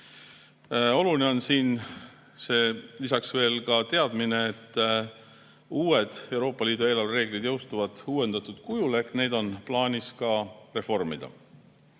Siin on oluline veel teadmine, et uued Euroopa Liidu eelarvereeglid jõustuvad uuendatud kujul ehk neid on plaanis ka reformida.